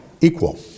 equal